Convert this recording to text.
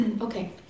Okay